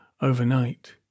overnight